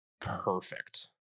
perfect